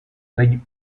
baigne